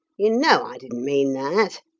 you know i didn't mean that.